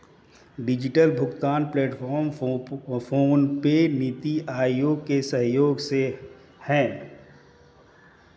digital भुगतान platform PhonePe, NITI Aayog के सहयोग से है